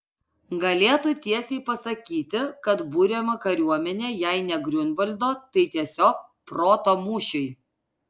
galėtų tiesiai pasakyti kad buriama kariuomenė jei ne griunvaldo tai tiesiog proto mūšiui